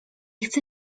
chcę